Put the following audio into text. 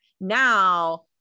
now